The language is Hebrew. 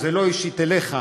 זה לא אישית אליך,